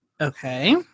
Okay